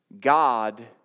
God